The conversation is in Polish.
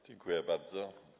Dziękuję bardzo.